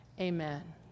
amen